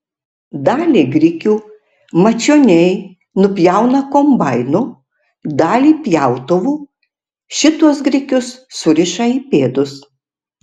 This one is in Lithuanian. dalį grikių mačioniai nupjauna kombainu dalį pjautuvu šituos grikius suriša į pėdus